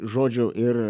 žodžiu ir